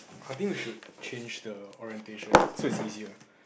I think we should change the orientation so it's easier